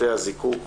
בתי הזיקוק,